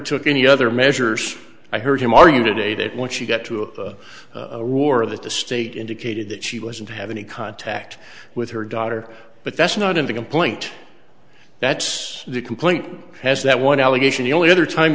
took any other measures i heard him are you today that once you get to a war that the state indicated that she was in to have any contact with her daughter but that's not in the complaint that's the complaint has that one allegation the only other time